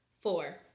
Four